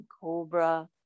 cobra